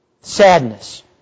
sadness